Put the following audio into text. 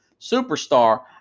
superstar